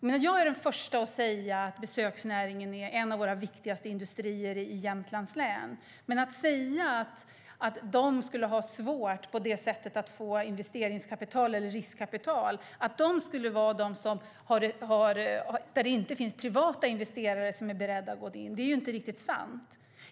Man jag är den första att säga att besöksnäringen är en av våra viktigaste industrier i Jämtlands län. Att säga att de skulle ha svårt att få investeringskapital eller riskkapital och att det inte finns privata investerare som är beredda att gå in är inte riktigt sant.